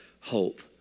Hope